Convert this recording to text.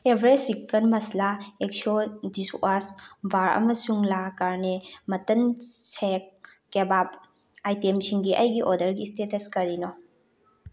Everest chicken ꯃꯁꯂꯥ ꯑꯦꯛꯁꯣ ꯗꯤꯁꯋꯥꯁ ꯕꯥꯔ ꯑꯃꯁꯨꯡ ꯂꯥ ꯀꯥꯔꯅꯦ ꯃꯇꯟ ꯁꯦꯛ ꯀꯦꯕꯥꯕ ꯑꯥꯏꯇꯦꯝꯁꯤꯡꯒꯤ ꯑꯩꯒꯤ ꯑꯣꯔꯗꯔꯒꯤ ꯏꯁꯇꯦꯇꯁ ꯀꯔꯤꯅꯣ